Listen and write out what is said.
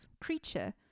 creature